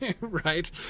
right